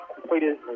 completed